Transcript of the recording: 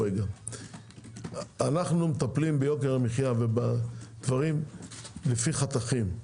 אנו מטפלים ביוקר המחיה, לפי חתכים.